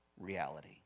reality